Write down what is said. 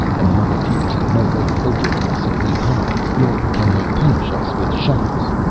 and the mucketeers have no way of locating us if we hide, nor can they punish us with shocks.